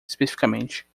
especificamente